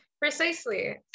Precisely